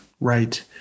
Right